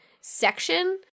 section